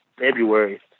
February